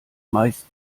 meist